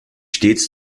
stets